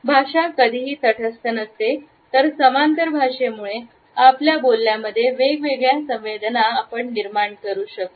भाषा कधीही तटस्थ नसते तर समांतर भाषे मुळे आपल्या बोलण्यामध्ये वेगवेगळ्या संवेदना आपण निर्माण करू शकतो